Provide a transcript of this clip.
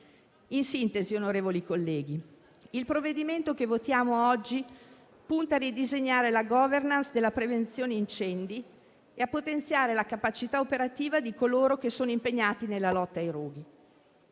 In sintesi, onorevoli colleghi, il provvedimento che votiamo oggi punta a ridisegnare la *governance* della prevenzione incendi e a potenziare la capacità operativa di coloro che sono impegnati nella lotta ai roghi.